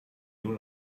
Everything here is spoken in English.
you